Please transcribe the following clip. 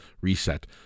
reset